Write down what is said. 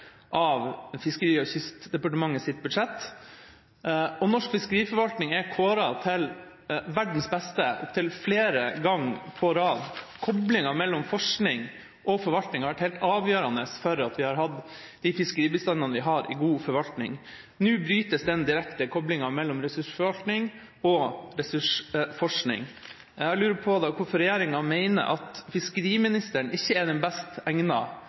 av Fiskeri- og kystdepartementets budsjett. Norsk fiskeriforvaltning er kåret til verdens beste opptil flere ganger på rad. Koblinga mellom forskning og forvaltning har vært helt avgjørende for at vi har hatt de fiskeribestandene vi har, og en god forvaltning. Nå brytes den direkte koblinga mellom ressursforvaltning og ressursforskning. Jeg lurer på hvorfor regjeringa mener at fiskeriministeren ikke er den best